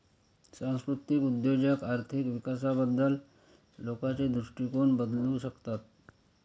सांस्कृतिक उद्योजक आर्थिक विकासाबद्दल लोकांचे दृष्टिकोन बदलू शकतात